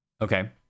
Okay